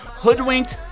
hoodwinked,